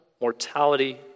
mortality